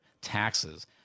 taxes